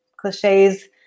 cliches